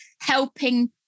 helping